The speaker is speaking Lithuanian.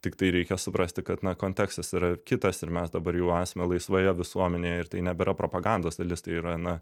tiktai reikia suprasti kad na kontekstas yra kitas ir mes dabar jau esame laisvoje visuomenėje ir tai nebėra propagandos dalis tai yra na